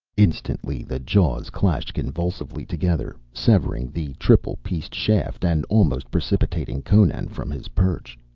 instantly the jaws clashed convulsively together, severing the triple-pieced shaft and almost precipitating conan from his perch.